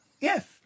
Yes